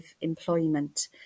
employment